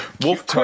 wolf